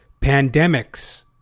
Pandemics